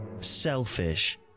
Selfish